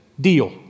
deal